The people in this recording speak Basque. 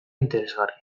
interesgarriak